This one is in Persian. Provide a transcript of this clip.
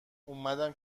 اومدم